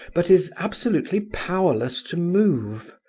but is absolutely powerless to move?